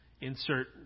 Insert